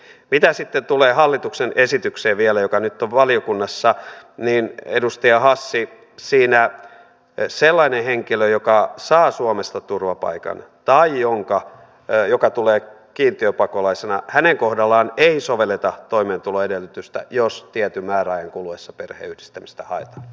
mitä sitten vielä tulee hallituksen esitykseen joka nyt on valiokunnassa niin edustaja hassi siinä sellaisen henkilön kohdalla joka saa suomesta turvapaikan tai joka tulee kiintiöpakolaisena ei sovelleta toimeentuloedellytystä jos tietyn määräajan kuluessa perheenyhdistämistä haetaan